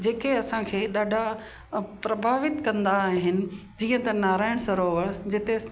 जेके असांखे ॾाढा प्रभावित कंदा आहिनि जीअं त नारायण सरोवर जिते